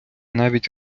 навіть